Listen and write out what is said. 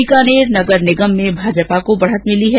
बीकानेर नगर निगम में भाजपा को बढ़त मिली है